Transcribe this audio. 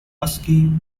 husky